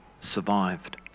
survived